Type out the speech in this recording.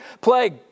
Plague